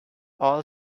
all